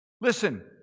Listen